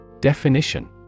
Definition